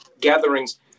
gatherings